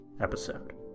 episode